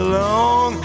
long